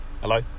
Hello